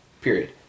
Period